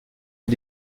est